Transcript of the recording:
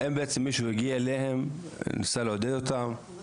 האם בעצם מישהו הגיע אליהם, ניסה לעודד אותם?